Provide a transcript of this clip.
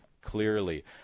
clearly